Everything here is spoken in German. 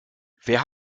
wer